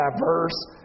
diverse